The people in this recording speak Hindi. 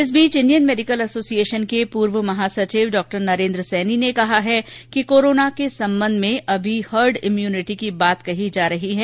इस बीच इण्डियन मेडिकल एसोसिएशन के पूर्व महासचिव डॉ नरेन्द्र सैनी ने कहा कि कोरोना के संबंध में अब हर्ड इम्यूनिटी की बात कही जा रही है